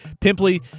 pimply